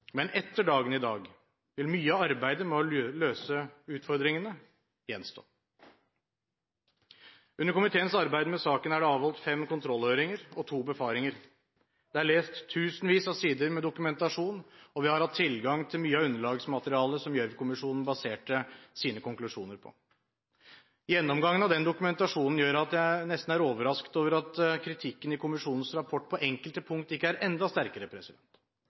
men etter dagen i dag vil mye av arbeidet med å løse utfordringene gjenstå. Under komiteens arbeid med saken er det avholdt fem kontrollhøringer og to befaringer. Det har blitt lest tusenvis av sider med dokumentasjon, og vi har hatt tilgang til mye av underlagsmaterialet som Gjørv-kommisjonen baserte sine konklusjoner på. Gjennomgangen av den dokumentasjonen gjør at jeg nesten er overrasket over at kritikken i kommisjonens rapport på enkelte punkter ikke er enda sterkere.